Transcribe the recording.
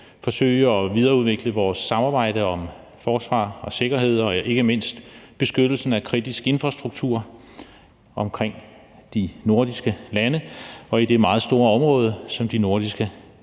forsøge at videreudvikle vores samarbejde om forsvar og sikkerhed og ikke mindst beskyttelsen af kritisk infrastruktur omkring de nordiske lande og i det meget store område, som de nordiske lande